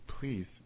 please